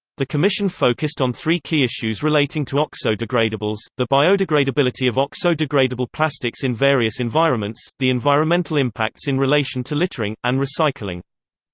the commission focused on three key issues relating to oxo-degradables the biodegradability of oxo-degradable plastics in various environments the environmental impacts in relation to littering and recycling.